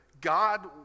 God